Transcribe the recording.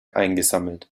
eingesammelt